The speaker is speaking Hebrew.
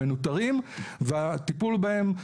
הם מנוטרים והטיפול בהם,